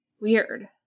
weird